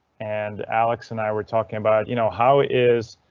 and alex and i were talking about you know how is